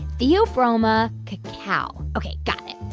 theobroma cacao. ok, got it.